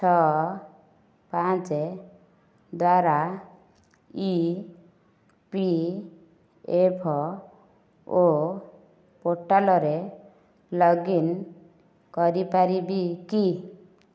ଛଅ ପାଞ୍ଚ ଦ୍ଵାରା ଇ ପି ଏଫ୍ ଓ ପୋର୍ଟାଲ୍ରେ ଲଗ୍ଇନ୍ କରିପାରିବି କି